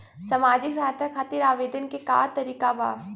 सामाजिक सहायता खातिर आवेदन के का तरीका बा?